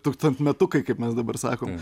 tūkstantmetukai kaip mes dabar sakom